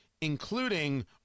including